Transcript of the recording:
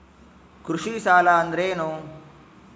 ಕೃಷಿ ಸಾಲ ಅಂದರೇನು?